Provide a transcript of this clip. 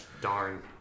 Darn